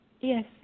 Yes